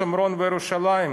שומרון וירושלים: